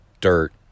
dirt